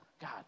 God